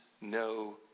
no